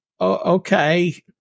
Okay